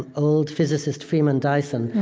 old physicist freeman dyson.